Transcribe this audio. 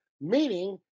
meaning